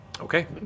Okay